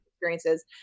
experiences